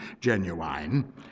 genuine